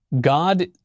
God